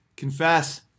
confess